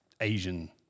Asian